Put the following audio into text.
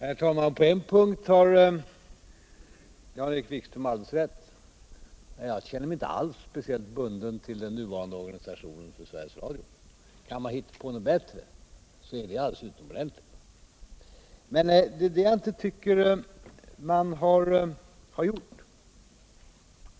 Herr talman! På en punkt har Jan-Erik Wikström alldeles rätt — jag känner mig inte alls speciellt bunden till den nuvarande organisationen för Sveriges Radio. Kan man hitta på någonting bättre är det alldeles utomordentligt. Men det tycker jag inte att man har gjort.